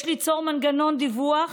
יש ליצור מנגנון דיווח